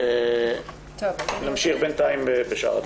נמשיך בשאר הדברים.